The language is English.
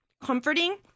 comforting